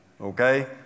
Okay